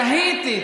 תהיתי.